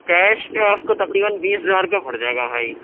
cash پہ آپ کو تقریباً بیس ہزار کا پڑ جائے گا بھائی